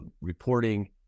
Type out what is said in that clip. reporting